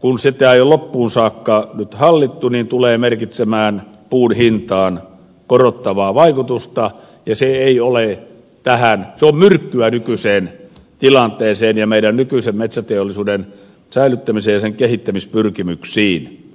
kun sitä ei ole nyt loppuun saakka hallittu tulee merkitsemään puun hintaan korottavaa vaikutusta ja se on myrkkyä nykyiseen tilanteeseen ja meidän nykyisen metsäteollisuutemme säilyttämiseen ja sen kehittämispyrkimyksiin